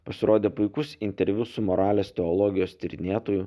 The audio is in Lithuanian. pasirodė puikus interviu su moralės teologijos tyrinėtoju